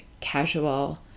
casual